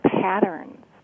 patterns